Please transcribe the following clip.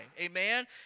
Amen